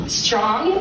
strong